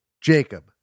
Jacob